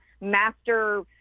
master